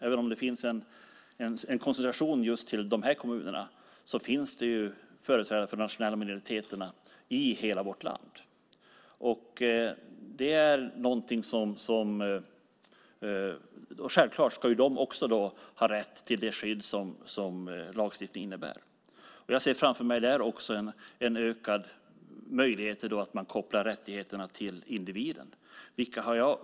Även om det finns en koncentration till de här kommunerna, finns det företrädare för de nationella minoriteterna i hela vårt land. Självklart ska också de ha rätt till det skydd som lagstiftningen innebär. Jag ser också där framför mig en ökad möjlighet att koppla rättigheterna till individen.